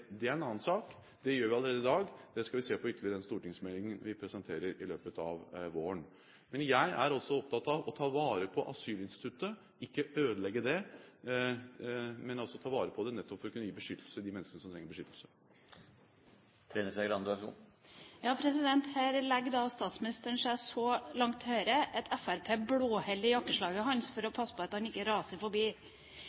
er en annen sak. Det gjør vi allerede i dag. Det skal vi se ytterligere på i den stortingsmeldingen vi presenterer i løpet av våren. Men jeg er altså opptatt av å ta vare på asylinstituttet, ikke ødelegge det, men ta vare på det nettopp for å kunne gi beskyttelse til de menneskene som trenger beskyttelse. Her legger statsministeren seg så langt til høyre at Fremskrittspartiet blåholder i jakkeslaget hans for å